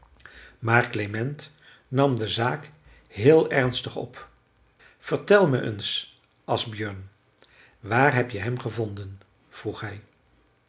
maar klement nam de zaak heel ernstig op vertel me eens asbjörn waar heb je hem gevonden vroeg hij